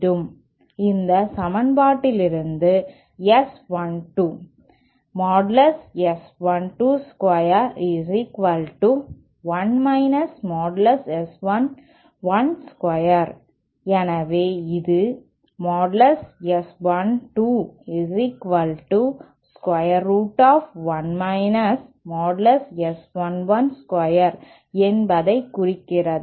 இந்த சமன்பாட்டிலிருந்து S12 எனவே இது என்பதைக் குறிக்கிறது